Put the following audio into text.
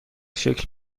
شکل